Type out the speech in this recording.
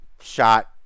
shot